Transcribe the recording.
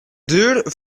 deur